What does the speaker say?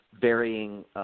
varying